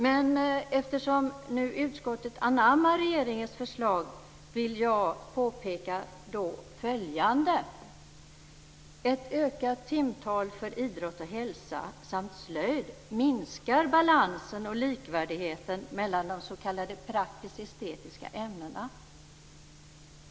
Men eftersom utskottet anammar regeringens förslag vill jag påpeka följande: Ett ökat timtal för idrott och hälsa samt slöjd minskar balansen och likvärdigheten mellan de s.k. praktisk-estetiska ämnena.